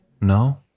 No